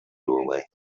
doorway